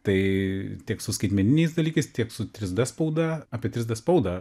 tai tiek su skaitmeniniais dalykais tiek su trys d spauda apie trys d spaudą